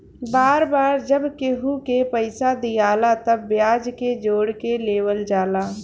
बार बार जब केहू के पइसा दियाला तब ब्याज के जोड़ के लेवल जाला